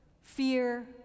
fear